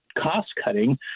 cost-cutting